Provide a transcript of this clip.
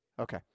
Okay